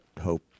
hope